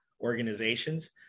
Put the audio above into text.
organizations